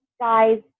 guys